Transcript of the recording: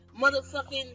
Motherfucking